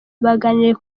baganiriye